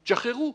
תשחררו.